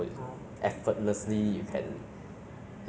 why ah why didn't I choose teleporting is because um